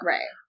Right